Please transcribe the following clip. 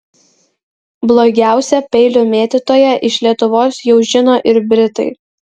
blogiausią peilių mėtytoją iš lietuvos jau žino ir britai